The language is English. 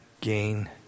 gain